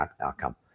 outcome